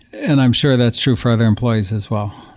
and i'm sure that's true for other employees as well.